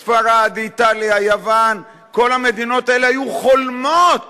ספרד, איטליה, יוון, כל המדינות האלה היו חולמות